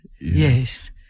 Yes